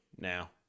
now